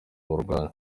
uburwayi